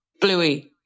bluey